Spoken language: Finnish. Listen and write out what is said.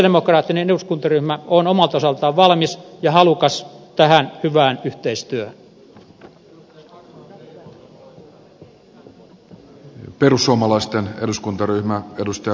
sosialidemokraattinen eduskuntaryhmä on omalta osaltaan valmis ja halukas tähän hyvään yhteistyöhön